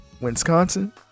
Wisconsin